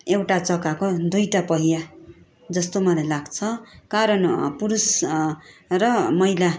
एउटा चक्काको दुइटा पहिया जस्तो मलाई लाग्छ कारण पुरुष र महिला